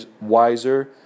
wiser